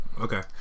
Okay